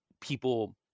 people